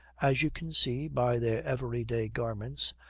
as you can see by their everyday garments,